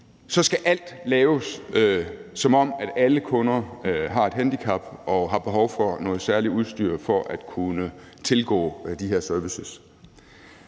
så skal alt laves, som om alle kunder har et handicap og har behov for noget særligt udstyr for at kunne tilgå de her servicer.